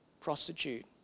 prostitute